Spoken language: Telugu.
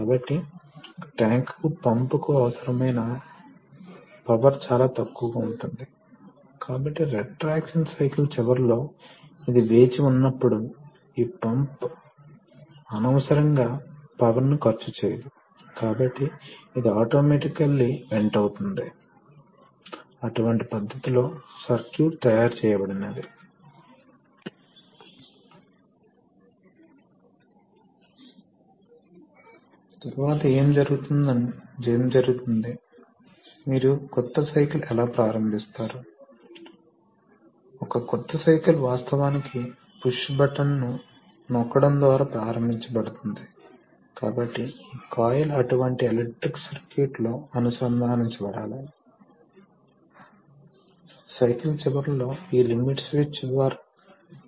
వివిధ రకాలైన పంపులు ఉపయోగించబడుతున్నాయి మనం మూడు విలక్షణమైన పంపులను చూడబోతున్నాం కాబట్టి మనం మొదట పిస్టన్ పంప్ లేదా మోటారును పరిశీలిస్తాము రెండు సందర్భాల్లో నిర్మాణం చాలా వరకు ఒకేలా పోలి ఉంటుంది తేడా ఏమిటంటే పంప్ లో మోషన్ ప్రైమ్ మూవర్ చేత సృష్టించబడుతుంది మరియు ద్రవం డెలివరీ అవుతుంది మోటారులో ద్రవం మోటారులోకి వస్తుంది మరియు మోషన్ డెలివరీ అవుతుంది కాబట్టి ఇది వీటి మధ్య వ్యత్యాసం అందుకే అవి యూనిఫామ్ పద్ధతిలో ఉంటాయి కాబట్టి ఏక్సిల్ పిస్టన్ పంప్ ఈ విధంగా పనిచేస్తుంది